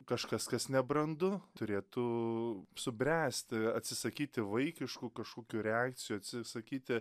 kažkas kas nebrandu turėtų subręsti atsisakyti vaikiškų kažkokių reakcijų atsisakyti